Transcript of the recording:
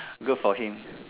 good for him